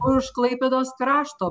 už klaipėdos krašto